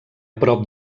prop